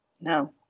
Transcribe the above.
No